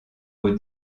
aux